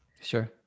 Sure